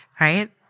right